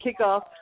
kickoff